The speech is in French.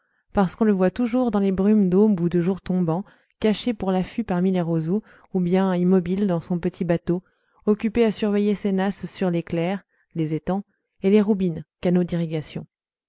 parce qu'on le voit toujours dans les brumes d'aube ou de jour tombant caché pour l'affût parmi les roseaux ou bien immobile dans son petit bateau occupé à surveiller ses nasses sur les clairs les étangs et les roubines